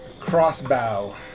Crossbow